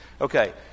Okay